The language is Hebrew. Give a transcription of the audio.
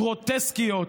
גרוטסקיות.